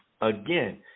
Again